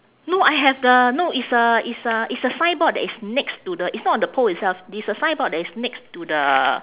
no I have the no it's a it's a it's a signboard that is next to the it's not on the pole itself it's the signboard that is next to the